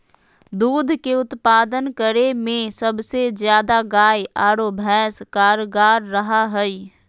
दूध के उत्पादन करे में सबसे ज्यादा गाय आरो भैंस कारगार रहा हइ